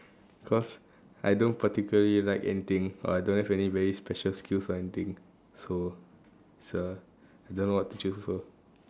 cause I don't particularly like anything or I don't have any very special skills or anything so so I don't know what to choose also